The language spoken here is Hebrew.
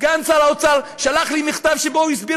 סגן שר האוצר שלח לי מכתב שבו הוא הסביר